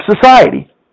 society